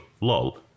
lol